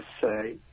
say